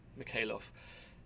Mikhailov